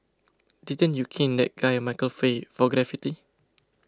didn't you cane that guy Michael Fay for graffiti